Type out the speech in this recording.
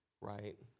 right